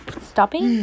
stopping